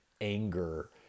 anger